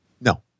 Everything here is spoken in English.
No